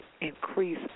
increase